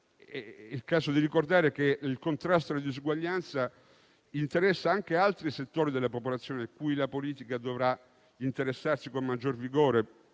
il caso di ricordare che il contrasto alla disuguaglianza interessa anche altri settori della popolazione cui la politica dovrà interessarsi con maggior vigore.